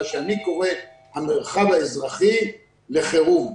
מה שאני קורא: המרחב האזרחי לחירום,